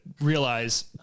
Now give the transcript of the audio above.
realize